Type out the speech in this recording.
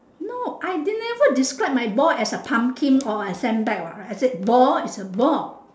no I did never describe my ball as a pumpkin or a sandbag what I said ball is a ball